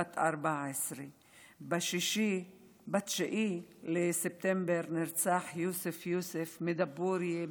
בת 14. ב-9 בספטמבר נרצח יוסף יוסף מדבוריה,